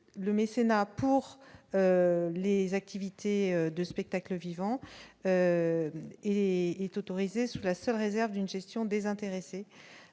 le mécénat pour les activités de spectacles vivants et est autorisé sous la seule réserve d'une gestion désintéressée,